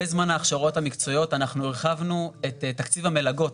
בזמן ההכשרות המקצועיות אנחנו הרחבנו את תקציב המלגות.